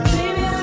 Baby